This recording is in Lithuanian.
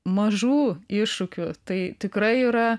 mažų iššūkių tai tikrai yra